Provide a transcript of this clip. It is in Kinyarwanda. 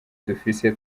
dufise